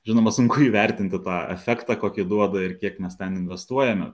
žinoma sunku įvertinti tą efektą kokį duoda ir kiek mes ten investuojame